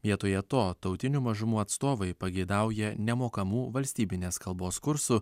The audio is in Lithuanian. vietoje to tautinių mažumų atstovai pageidauja nemokamų valstybinės kalbos kursų